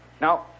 Now